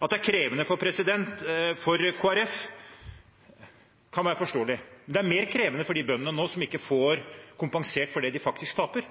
At det er krevende for Kristelig Folkeparti, kan være forståelig, men det er mer krevende for de bøndene som nå ikke får kompensert for det de faktisk taper.